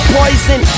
poison